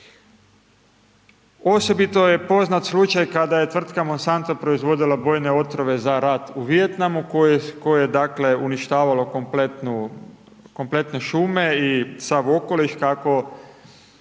Osobito je poznat slučaj kada je tvrtka Monsanto proizvodila bojne otrove za rad u Vijetnamu, koje dakle, uništavalo kompletne šume i sav okoliš, kako